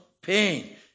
pain